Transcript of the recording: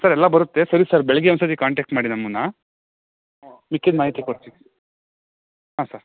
sir ಎಲ್ಲ ಬರುತ್ತೆ ಸರಿ ಸರ್ ಬೆಳಿಗ್ಗೆ ಒಂದು ಸಾರಿ ಕಾಂಟ್ಯಾಕ್ಟ್ ಮಾಡಿ ನಮ್ಮನ್ನು ಮಿಕ್ಕಿದ ಮಾಹಿತಿ ಕೊಡ್ತೀವಿ ಹಾಂ ಸರ್